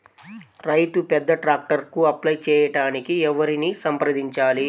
రైతు పెద్ద ట్రాక్టర్కు అప్లై చేయడానికి ఎవరిని సంప్రదించాలి?